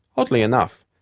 oddly enough,